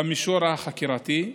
במישור החקירתי,